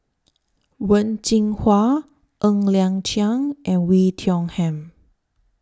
Wen Jinhua Ng Liang Chiang and Wei Tiong Ham